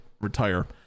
retire